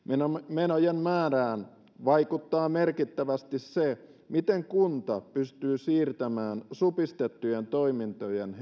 menojen määrään vaikuttaa merkittävästi se miten kunta pystyy siirtämään supistettujen toimintojen henkilöstöä